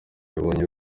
yabonye